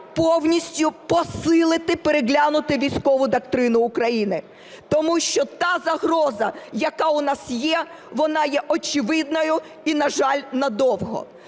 повністю посилити, переглянути військову доктрину України, тому що та загроза, яка у нас є, вона є очевидною і, на жаль, надовго.